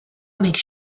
makes